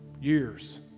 years